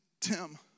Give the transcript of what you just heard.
Tim